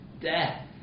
death